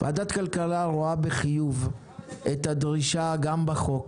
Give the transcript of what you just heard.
ועדת כלכלה רואה בחיוב את הדרישה גם בחוק,